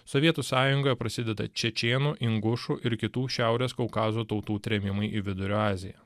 sovietų sąjungoje prasideda čečėnų ingušų ir kitų šiaurės kaukazo tautų trėmimai į vidurio aziją